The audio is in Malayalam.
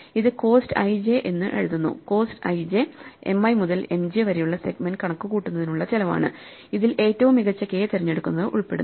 ഇത് കോസ്റ്റ് ij എന്ന് എഴുതുന്നുകോസ്റ്റ് i j M i മുതൽ M j വരെയുള്ള സെഗ്മെൻറ് കണക്കുകൂട്ടുന്നതിനുള്ള ചെലവാണ് അതിൽ ഏറ്റവും മികച്ച k തിരഞ്ഞെടുക്കുന്നത് ഉൾപ്പെടുന്നു